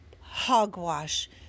Hogwash